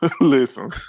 Listen